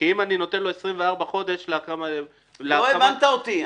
כי אם אני נותן לו 24 חודשים להקמת --- לא הבנת אותי.